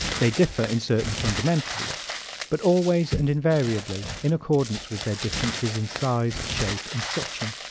they differ in certain fundamentals but always and invariably in accordance with their differences in size, shape and structure.